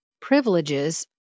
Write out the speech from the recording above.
privileges